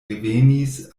revenis